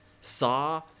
saw